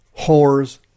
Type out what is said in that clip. whores